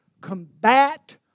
combat